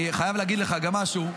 אני חייב להגיד לך גם משהו,